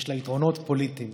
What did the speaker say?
יש לה יתרונות פוליטיים,